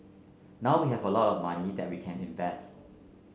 now we have a lot of money that we can invests